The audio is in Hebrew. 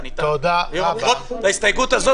לכל המעסיקים,